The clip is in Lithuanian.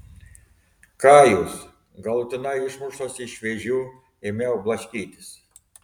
ką jūs galutinai išmuštas iš vėžių ėmiau blaškytis